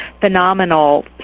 phenomenal